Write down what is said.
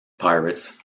pirates